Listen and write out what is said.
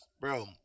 Bro